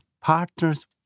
partners